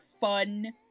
fun